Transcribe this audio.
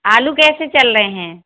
आलू कैसे चल रहे हैं